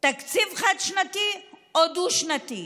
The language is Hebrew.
תקציב חד-שנתי או דו-שנתי.